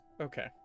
Okay